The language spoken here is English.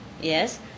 Yes